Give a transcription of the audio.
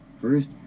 First